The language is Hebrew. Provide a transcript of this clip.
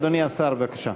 אדוני השר, בבקשה.